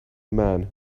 man